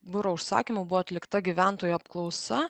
biuro užsakymu buvo atlikta gyventojų apklausa